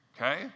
okay